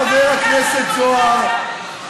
חבר הכנסת זוהר,